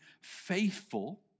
faithful